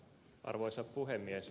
arvoisa puhemies